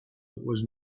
was